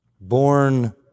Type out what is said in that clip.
born